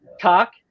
talk